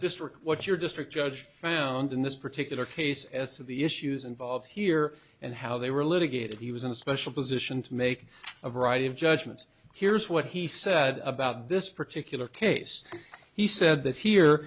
district what your district judge found in this particular case as to the issues involved here and how they were litigated he was in a special position to make a variety of judgments here's what he said about this particular case he said that here